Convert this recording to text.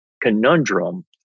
conundrum